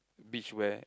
beach wear